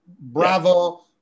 Bravo